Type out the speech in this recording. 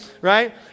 right